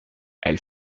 elle